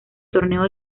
torneos